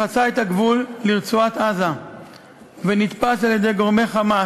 אשר חצה את הגבול לרצועת-עזה ונתפס על-ידי גורמי "חמאס",